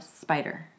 Spider